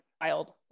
wild